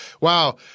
wow